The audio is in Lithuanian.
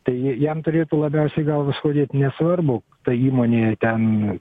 tai ji jam turėtų labiausiai galvą skaudėt nesvarbu ta įmonė ten